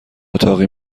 اتاقی